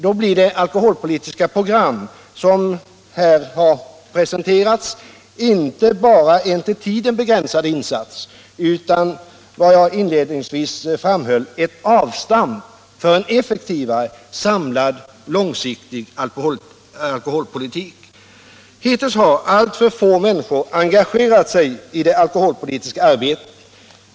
Då blir det alkoholpolitiska program som här presenteras inte bara en till tiden begränsad insats utan, som jag inledningsvis framhöll, ett avstamp för en effektivare, samlad och långsiktig alkoholpolitik. Hittills har alltför få människor engagerat sig i det alkoholpolitiska arbetet.